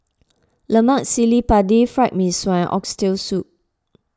Lemak Cili Padi Fried Mee Sua and Oxtail Soup